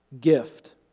gift